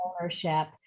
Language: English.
ownership